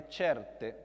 certe